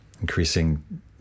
increasing